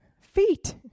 Feet